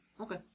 Okay